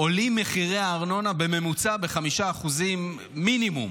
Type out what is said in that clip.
עולים מחירי הארנונה, בממוצע, ב-5% מינימום,